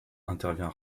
intervient